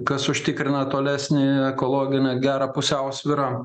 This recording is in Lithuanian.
kas užtikrina tolesnį ekologinę gerą pusiausvyrą